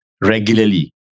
regularly